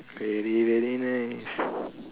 very very nice